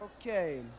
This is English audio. Okay